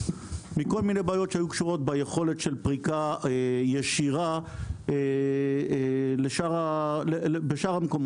מכל מיני בעיות שהיו קשורות ביכולת של פריקה ישירה בשאר המקומות.